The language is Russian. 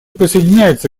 присоединяется